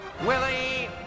Willie